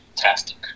fantastic